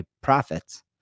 profits